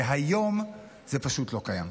והיום זה פשוט לא קיים.